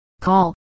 call